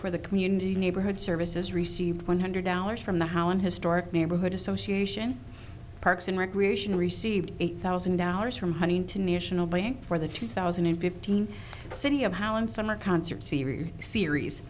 for the community neighborhood services received one hundred dollars from the how an historic neighborhood association parks and recreation received eight thousand dollars from one international bank for the two thousand and fifteen city of howland summer concert series series